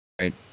Right